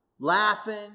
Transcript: laughing